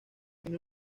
tiene